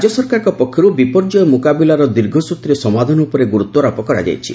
ରାଜ୍ୟ ସରକାରଙ୍କ ପକ୍ଷରୁ ବିପର୍ଯ୍ୟୟ ମୁକାବିଲାର ଦୀର୍ଘସୂତ୍ରୀ ସମାଧାନ ଉପରେ ଗୁରୁତ୍ୱାରୋପ କରାଯାଇଛି